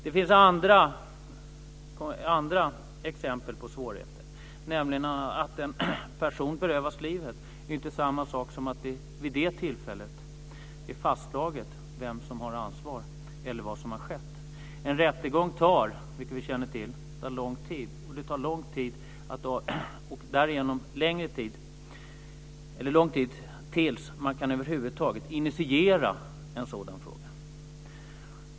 Det finns andra exempel på svårigheter. Att en person berövats livet är ju inte samma sak som att det vid det tillfället är fastslaget vem som har ansvar eller vad som har skett. En rättegång tar, vilket vi känner till, lång tid. Därigenom tar det också lång tid tills man över huvud taget kan initiera en sådan fråga.